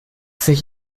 sich